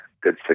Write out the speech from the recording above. good